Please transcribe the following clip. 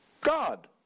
God